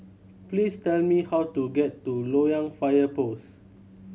please tell me how to get to Loyang Fire Post